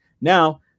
Now